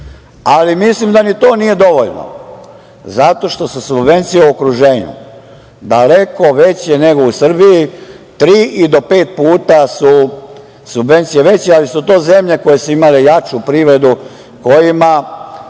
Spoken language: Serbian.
Ali mislim da ni to nije dovoljno, zato što su subvencije u okruženju daleko veće nego u Srbiji, tri i do pet puta su subvencije veće, ali su to zemlje koje su imale jaču privredu, koje